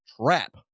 trap